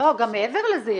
מעבר לזה,